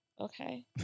Okay